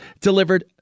delivered